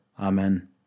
Amen